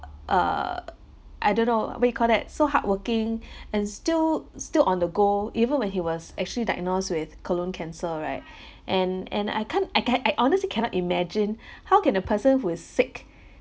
uh I don't know what you call that so hardworking and still still on the go even when he was actually diagnosed with colon cancer right and and I can't I can't I honestly cannot imagine how can a person who is sick